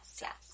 yes